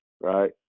right